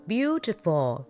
Beautiful